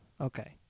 Okay